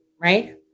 Right